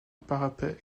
parapet